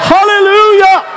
Hallelujah